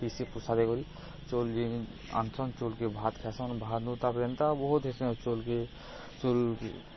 ଦେଶୀ ପିଶାବେ ବଲିକରି ଚାଉଲ୍ ଆନ୍ସନ୍ ଚାଉଲ୍କେ ଭତ୍ ଖାଏସନ୍ ଭାତ୍ ନ ତା'ର୍ପରେ ଏନ୍ତା ବହୁତ୍ ହେସି ଚାଉଲ୍କେ ଚାଉଲ୍